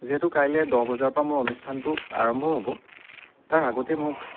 যিহেতু কাইলে দহ বজাৰপৰা মোৰ অনুষ্ঠানটো আৰম্ভ হ'ব তাৰ আগতে মোক